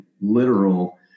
literal